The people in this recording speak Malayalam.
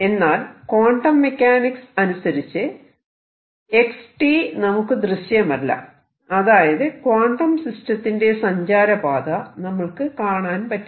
എന്നാൽ ക്വാണ്ടം മെക്കാനിക്സ് അനുസരിച്ച് x നമുക്ക് ദൃശ്യമല്ല അതായത് ക്വാണ്ടം സിസ്റ്റത്തിന്റെ സഞ്ചാര പാത നമ്മൾക്ക് കാണാൻ പറ്റില്ല